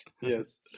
Yes